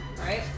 right